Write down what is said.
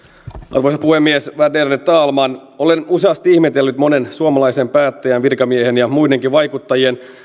arvoisa puhemies värderade talman olen useasti ihmetellyt monen suomalaisen päättäjän virkamiehen ja monien muidenkin vaikuttajien